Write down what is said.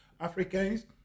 Africans